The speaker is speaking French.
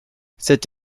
cette